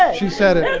ah she said it